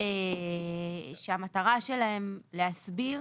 שהמטרה שלהן להסביר